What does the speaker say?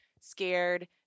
scared